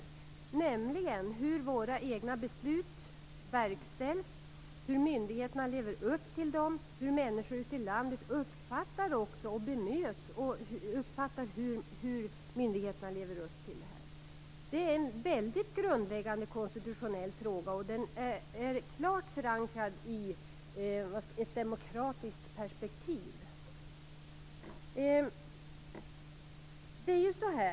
Det gäller hur våra egna beslut verkställs, hur myndigheterna lever upp till dem och hur människor ute i landet uppfattar att myndigheterna lever upp till detta. Det är en grundläggande konstitutionell fråga som är klart förankrad i ett demokratiskt perspektiv.